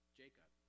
jacob